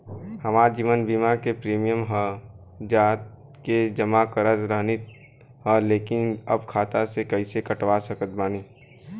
हमार जीवन बीमा के प्रीमीयम हम जा के जमा करत रहनी ह लेकिन अब खाता से कइसे कटवा सकत बानी?